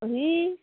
होय